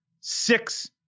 six